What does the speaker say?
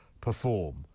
perform